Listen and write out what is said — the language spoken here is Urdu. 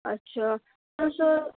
اچھا تو سر